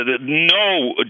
No